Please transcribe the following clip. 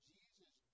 Jesus